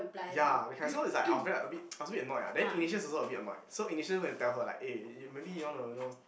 ya that kind so is like I was very a bit a bit annoyed ah then Inisha also a bit annoy so Inisha went to talk her like eh you maybe you want to know